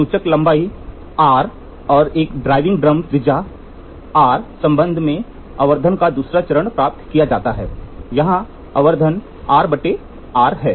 2 सूचक लंबाई R और एक ड्राइविंग ड्रम त्रिज्या r संबंध में आवर्धन का दूसरा चरण प्राप्त किया जाता है यहां आवर्धन Rr है